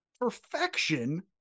perfection